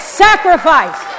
sacrifice